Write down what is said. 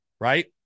right